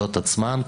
ברשויות עצמן,